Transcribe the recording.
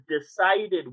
decided